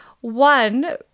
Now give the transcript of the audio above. One